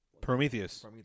Prometheus